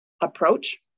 approach